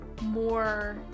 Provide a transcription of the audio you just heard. more